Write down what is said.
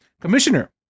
commissioner